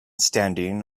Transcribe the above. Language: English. standing